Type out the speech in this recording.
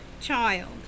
child